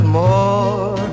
more